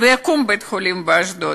ויקום בית-חולים באשדוד.